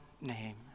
name